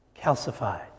calcified